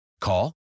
Call